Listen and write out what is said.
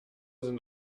sind